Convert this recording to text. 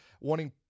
wanting